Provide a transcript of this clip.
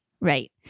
Right